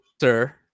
sir